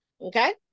Okay